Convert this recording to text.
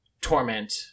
torment